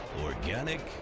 organic